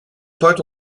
pointe